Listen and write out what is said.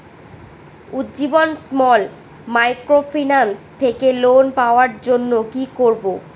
Ujjivan small microfinance থেকে loan পাওয়ার জন্য কি করব?